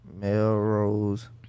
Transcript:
Melrose